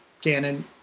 cannon